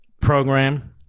program